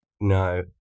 No